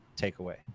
takeaway